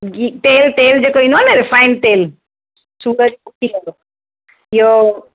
गिहु तेल तेल जेको ईंदो आहे न रिफ़ाइंड तेल सुपर इहो